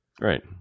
Right